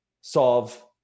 solve